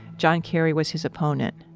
john kerry was his opponent,